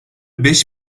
beş